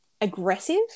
aggressive